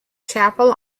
chapel